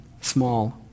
small